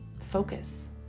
focus